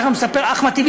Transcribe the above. ככה מספר אחמד טיבי,